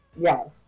Yes